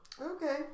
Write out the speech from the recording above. Okay